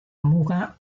muga